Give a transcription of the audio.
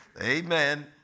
Amen